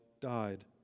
died